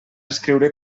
escriure